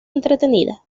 entretenida